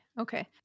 Okay